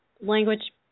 language